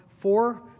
four